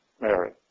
Mary